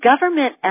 government